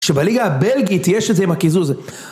שבליגה הבלגית יש את זה עם הכיזוזה.